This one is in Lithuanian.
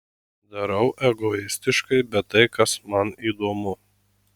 darau egoistiškai bet tai kas man įdomu